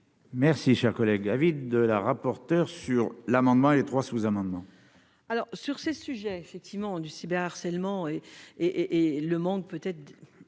Merci, cher collègue, avides de la rapporteure sur l'amendement et 3 sous-amendements. Alors, sur ces sujets effectivement du cyber-harcèlement et et et le monde peut-être